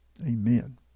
Amen